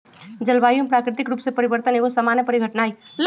जलवायु में प्राकृतिक रूप से परिवर्तन एगो सामान्य परिघटना हइ